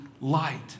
light